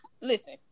listen